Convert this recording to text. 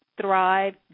thrive